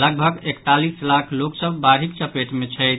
लगभग एकतालीस लाख लोक सभ बाढ़िक चपेट मे छथि